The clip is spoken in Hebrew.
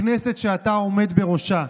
הכנסת שאתה עומד בראשה.